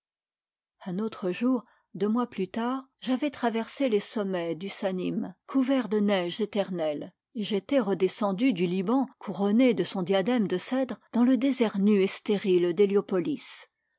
un autre jour deux mois plus tard j'avais traversé les sommets du sannim couverts de neiges éternelles et j'étais redescendu du liban couronné de son diadème de cèdres dans le désert nu et stérile